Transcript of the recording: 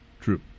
True